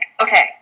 okay